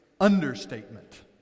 understatement